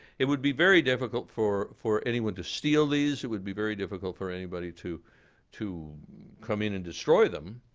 it would be very difficult for for anyone to steal these. it would be very difficult for anybody to to come in and destroy them.